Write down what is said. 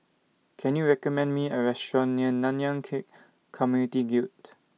Can YOU recommend Me A Restaurant near Nanyang Khek Community Guild